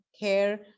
care